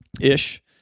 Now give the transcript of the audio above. ish